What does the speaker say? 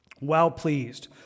well-pleased